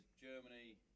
Germany